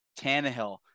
Tannehill